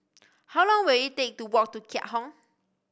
how long will it take to walk to Keat Hong